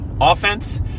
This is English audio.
offense